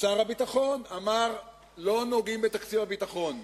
שר הביטחון אמר: לא נוגעים בתקציב הביטחון.